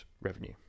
revenue